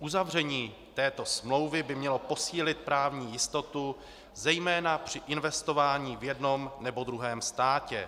Uzavření této smlouvy by mělo posílil právní jistotu zejména při investování v jednom nebo druhém státě.